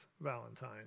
valentine